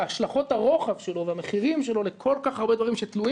השלכות הרוחב שלו והמחירים שלו לכל כך הרבה דברים שתלויים